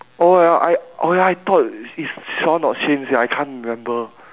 oh ya I oh ya I thought is shawn or shane sia I can't remember